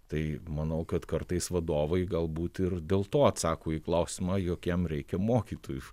tai manau kad kartais vadovai galbūt ir dėl to atsako į klausimą jog jiem reikia mokytojų